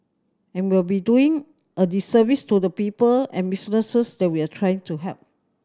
and we'll be doing a disservice to the people and businesses that we are trying to help